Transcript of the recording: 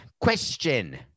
Question